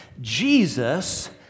Jesus